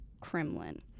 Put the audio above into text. Kremlin